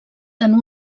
tant